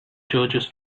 churches